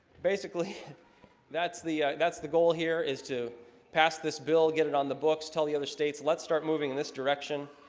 basically that's the that's the goal here is to pass this bill get it on the books tell the other states let's start moving in this direction